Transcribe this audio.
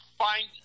find